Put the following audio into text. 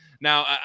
Now –